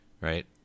right